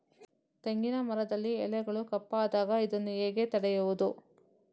ತೆಂಗಿನ ಮರದಲ್ಲಿ ಎಲೆಗಳು ಕಪ್ಪಾದಾಗ ಇದನ್ನು ಹೇಗೆ ತಡೆಯುವುದು?